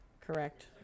correct